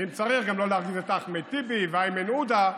ואם צריך, גם לא להרגיז את אחמד טיבי ואיימן עודה,